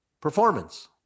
performance